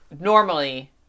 Normally